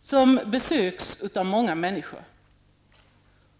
som besöks av många människor.